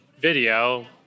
video